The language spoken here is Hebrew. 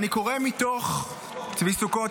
צבי סוכות,